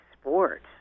sport